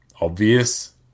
obvious